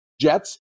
Jets